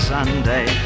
Sunday